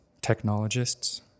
technologists